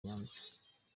nyanza